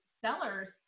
sellers